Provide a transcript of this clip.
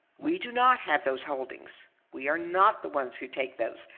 we do not have those holdings. we are not the ones who take those,